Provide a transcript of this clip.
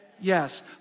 Yes